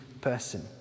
person